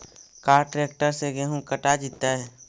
का ट्रैक्टर से गेहूं कटा जितै?